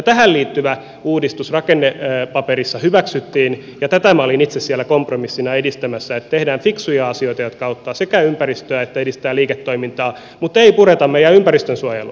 tähän liittyvä uudistus rakennepaperissa hyväksyttiin ja tätä minä olin itse siellä kompromissina edistämässä että tehdään fiksuja asioita jotka sekä auttavat ympäristöä että edistävät liiketoimintaa mutta ei pureta meidän ympäristönsuojelua